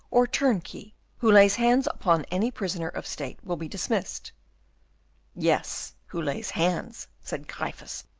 or turnkey who lays hands upon any prisoner of state will be dismissed yes, who lays hands, said gryphus,